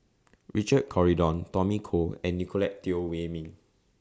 Richard Corridon Tommy Koh and Nicolette Teo Wei Min